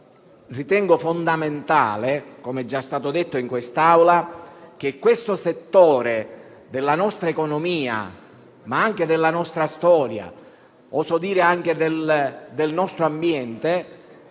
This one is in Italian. ritengo fondamentale perché, come è già stato detto in quest'Aula, questo settore della nostra economia, ma anche della nostra storia e - oso dire